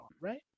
Right